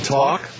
talk